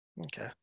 Okay